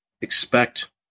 expect